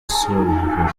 sabuhoro